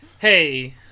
Hey